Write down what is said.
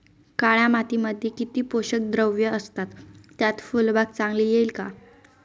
काळ्या मातीमध्ये किती पोषक द्रव्ये असतात, त्यात फुलबाग चांगली येईल का?